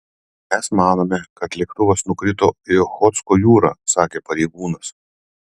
mes manome kad lėktuvas nukrito į ochotsko jūrą sakė pareigūnas